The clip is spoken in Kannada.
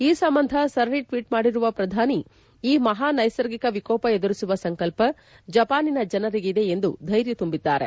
ಈ ಸಂಬಂಧ ಸರಣಿ ಟ್ವೀಟ್ ಮಾಡಿರುವ ಪ್ರಧಾನಿ ಈ ಮಹಾ ನೈಸರ್ಗಿಕ ವಿಕೋಪ ಎದುರಿಸುವ ಸಂಕಲ್ಪ ಜಪಾನಿನ ಜನರಿಗೆ ಇದೆ ಎಂದು ಧೈರ್ಯ ತುಂಬಿದ್ದಾರೆ